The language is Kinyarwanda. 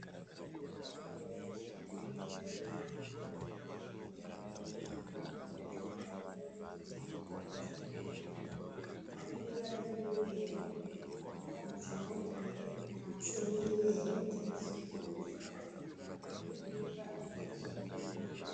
Abagabo n'abagore benshi bambaye imyenda y'umweru, bari kugendagenda mu muhanda, bakaba bafite ibyapa binini cyane byanditseho amagambo ari mu ibara ry'umweru, hakaba handitse ngo "twirinde kanseri y'ibere, tuyisuzumisha hakiri kare kuko ivurwa igakira".